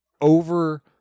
over